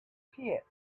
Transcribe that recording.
pit